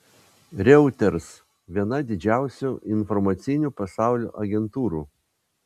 reuters viena didžiausių informacinių pasaulio agentūrų